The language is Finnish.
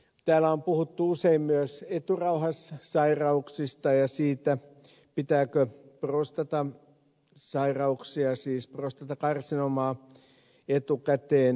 täällä on puhuttu usein myös eturauhassairauksista ja siitä pitääkö prostatan sairauksia siis prostatakarsinoomaa etukäteen seuloa